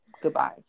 Goodbye